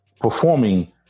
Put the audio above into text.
performing